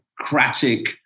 democratic